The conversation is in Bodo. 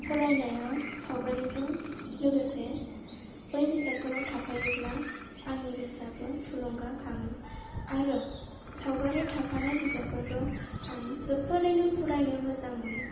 फरायनायाव सावगारिजों लोगोसे बै बिजाबफोराव थाफायोब्ला आंनि गोसोआबो थुलुंगाखाङो आरो सावगारि थाफानाय बिजाबफोरखौ आं जोबोरैनो फरायनो मोजां मोनो